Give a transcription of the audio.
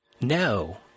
No